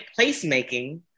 placemaking